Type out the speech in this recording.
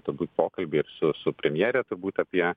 turbūt pokalbiai ir su su premjere turbūt apie